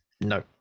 No